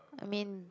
I mean